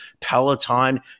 Peloton